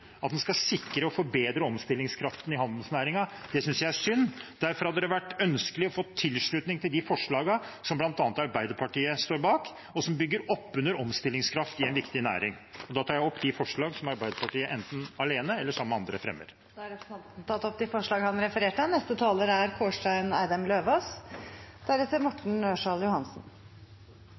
at en skal sikre og forbedre omstillingskraften i handelsnæringen. Det synes jeg er synd. Derfor hadde det vært ønskelig å få tilslutning til de forslagene som bl.a. Arbeiderpartiet står bak, og som bygger opp under omstillingskraften i en viktig næring. Og da tar jeg opp de forslag som Arbeiderpartiet fremmer sammen med andre. Representanten Terje Aasland har tatt opp de forslagene han refererte til. Som foregående representant var inne på, er